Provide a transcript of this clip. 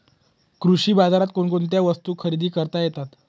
कृषी बाजारात कोणकोणत्या वस्तू खरेदी करता येतात